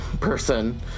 person